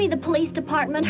me the police department